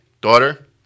daughter